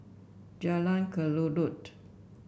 Jalan Kelulut